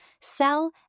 sell